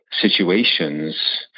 situations